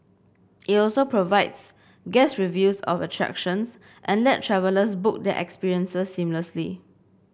it also provides guest reviews of attractions and lets travellers book their experiences seamlessly